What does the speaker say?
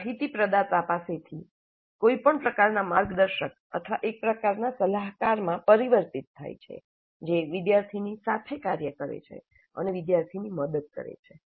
તે માહિતી પ્રદાતા પાસેથી કોઈ પ્રકારનાં માર્ગદર્શક અથવા એક પ્રકારનાં સલાહકારમાં પરિવર્તિત થાય છે જે વિદ્યાર્થી ની સાથે કાર્ય કરે છે અને વિદ્યાર્થીની મદદ કરે છે